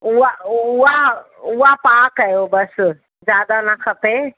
उहा उहा उहा पाउ कयो बसि ज्यादा न खपे